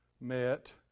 met